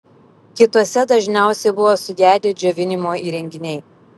kituose dažniausiai buvo sugedę džiovinimo įrenginiai